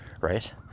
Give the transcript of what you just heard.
Right